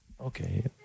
Okay